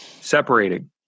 separating